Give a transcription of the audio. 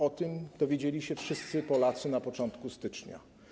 O tym dowiedzieli się wszyscy Polacy na początku stycznia.